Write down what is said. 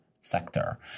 sector